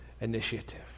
initiative